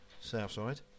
Southside